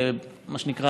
מה שנקרא,